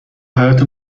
حیاطه